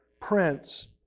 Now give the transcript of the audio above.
Prince